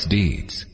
deeds